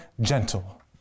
gentle